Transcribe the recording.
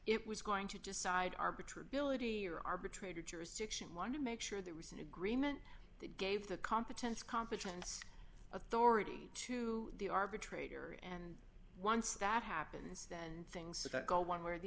it was going to decide arbitron ability or arbitrator jurisdiction wanted to make sure the recent agreement that gave the competence competence authority to the arbitrator and once that happens then things go one way or the